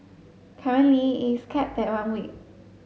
currently is capped at one week